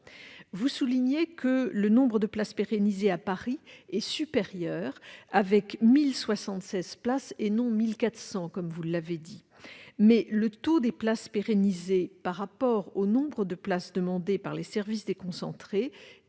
Vous soulignez que le nombre de places pérennisées à Paris est supérieur, avec 1 076 places- et non 1 400 comme vous l'avez évoqué. Mais le taux de places pérennisées par rapport au nombre de places demandées par les services déconcentrés est